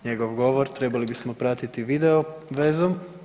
Njegov govor trebali bismo pratiti video vezom.